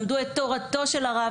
למדו את תורתו של הרב,